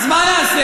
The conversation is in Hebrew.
אז מה נעשה,